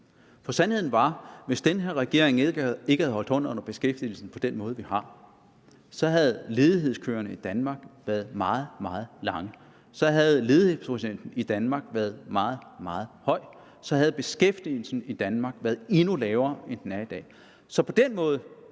For sandheden er, at hvis den her regering ikke havde holdt hånden under beskæftigelsen på den måde, den har, havde ledighedskøerne i Danmark været meget, meget lange; så havde ledighedsprocenten i Danmark være meget, meget høj; så havde beskæftigelsen i Danmark været endnu lavere, end den er i dag.